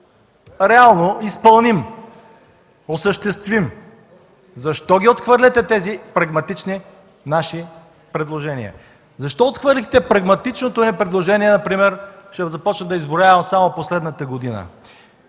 реално изпълним, осъществим!? Защо отхвърляте тези прагматични наши предложения? Защо отхвърлихте например прагматичното ни предложение –ще започна да изброявам само през последната година